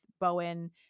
bowen